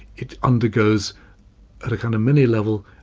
it undergoes at a kind of mini-level,